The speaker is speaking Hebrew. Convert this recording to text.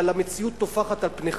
אבל המציאות טופחת על פניכם.